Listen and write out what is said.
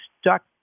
stuck